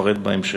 ואפרט בהמשך.